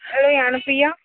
hello Gnanapriya